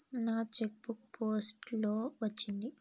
నా check book post లో వచ్చింది